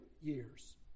years